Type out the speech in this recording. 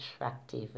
attractive